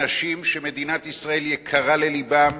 אנשים שמדינת ישראל יקרה ללבם,